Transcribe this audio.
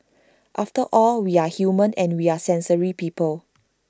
after all we are human and we are sensory people